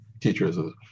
teachers